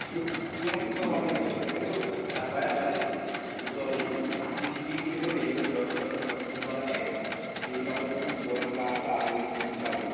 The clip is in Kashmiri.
کیٚنٛہہ چھُنہٕ پرواے کیٚنٛہہ چھُنہٕ پَرواے تُہۍ کٔرِو ایف آی آر درٕج سورُے سی سی ٹی وی تہِ دِمو بیٚیہِ دِمو أسۍ رٲچھ خٲطرٕ پُلسہٕ وٲلۍ جوڑا تہِ اَتہِ بیٚیہِ کَرو أسۍ ژورَن خٕلاف تہِ کاروٲیی جلدی